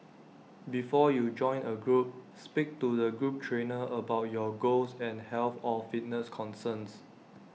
before you join A group speak to the group trainer about your goals and health or fitness concerns